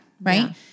right